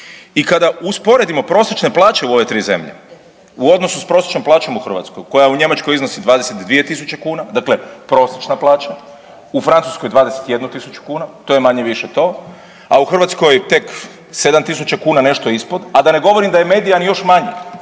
I kada usporedimo prosječne plaće u ove tri zemlje u odnosu s prosječnom plaćom u Hrvatskoj koja u Njemačkoj iznosi 22.000, dakle prosječna plaća, u Francuskoj 21.000 kuna to je manje-više to, a u Hrvatskoj tek 7.000 kuna ….… nešto ispod, a da ne govorim da je …/Govornik se